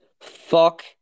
Fuck